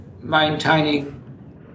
maintaining